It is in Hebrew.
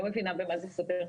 לא מבינה במה זה סותר.